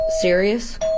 Serious